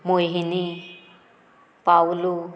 Mohini Pavlu